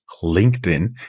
LinkedIn